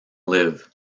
live